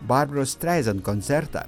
barbaros streizant koncertą